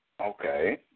Okay